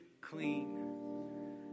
clean